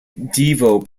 devo